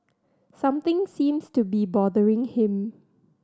something seems to be bothering him